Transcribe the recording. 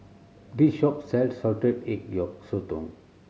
this shop sells salted egg yolk sotong